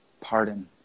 pardon